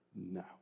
now